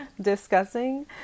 discussing